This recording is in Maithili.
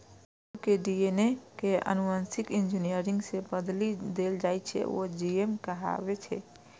जे जीव के डी.एन.ए कें आनुवांशिक इंजीनियरिंग सं बदलि देल जाइ छै, ओ जी.एम कहाबै छै